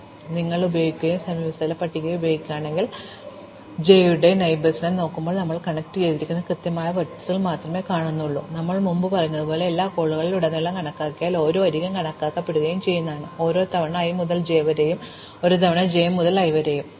മറുവശത്ത് നിങ്ങൾ ഉപയോഗിക്കുകയും സമീപസ്ഥല പട്ടികയും ഉപയോഗിക്കുകയാണെങ്കിൽ ഞങ്ങൾ ജെ യുടെ അയൽക്കാരെ നോക്കുമ്പോൾ ഞങ്ങൾ കണക്റ്റുചെയ്തിരിക്കുന്ന കൃത്യമായ വെർട്ടീസുകൾ മാത്രമേ കാണേണ്ടതുള്ളൂ ഞങ്ങൾ മുമ്പ് പറഞ്ഞതുപോലെ എല്ലാ കോളുകളിലുടനീളം കണക്കാക്കിയാൽ ഓരോ അരികും കണക്കാക്കപ്പെടും രണ്ടുതവണ ഒരു തവണ i മുതൽ j വരെയും ഒരു തവണ j മുതൽ i വരെയും